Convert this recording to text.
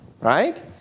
right